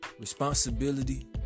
Responsibility